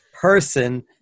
person